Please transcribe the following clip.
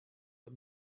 but